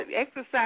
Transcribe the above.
exercise